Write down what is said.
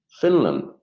Finland